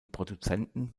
produzenten